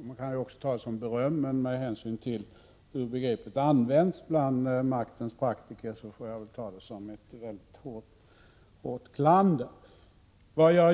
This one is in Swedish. man kan också ta det som beröm, men med hänsyn till hur begreppet används bland maktens praktiker får jag väl ta det som hårt klander.